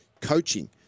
coaching